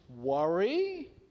worry